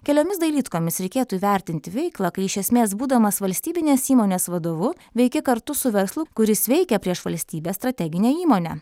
keliomis dailydkomis reikėtų įvertinti veiklą kai iš esmės būdamas valstybinės įmonės vadovu veiki kartu su verslu kuris veikia prieš valstybės strateginę įmonę